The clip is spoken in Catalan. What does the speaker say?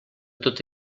tot